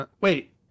Wait